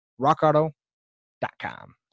rockauto.com